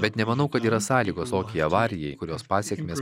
bet nemanau kad yra sąlygos tokiai avarijai kurios pasekmės